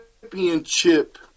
championship